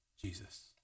Jesus